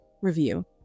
review